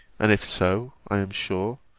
and if so, i am sure,